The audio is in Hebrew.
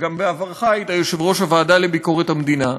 בעברך היית יושב-ראש הוועדה לביקורת המדינה,